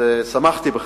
שמחתי בחלקי,